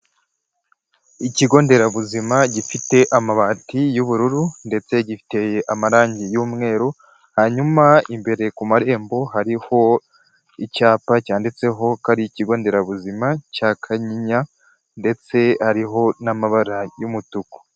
Ikigo nderabuzima gifite amabati y'ubururu ndetse giteye amarangi y'umweru, hanyuma imbere ku marembo hariho icyapa cyanditseho ko ari ikigo nderabuzima cya Kanyinya ndetse hariho n'amabara y'umutuku.